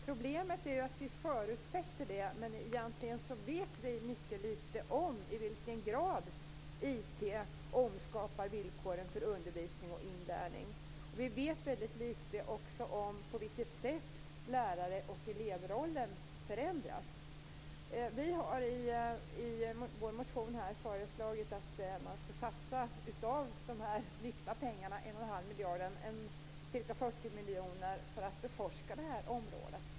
Problemet är att vi förutsätter det, men egentligen vet vi mycket lite om i vilken grad IT omskapar villkoren för undervisning och inlärning. Vi vet väldigt lite också om på vilket sätt lärar och elevrollen förändras. Vi har i vår motion föreslagit att man skall satsa ca 40 miljoner av de myckna pengarna - av de en och en halv miljarder kronorna - för att beforska detta område.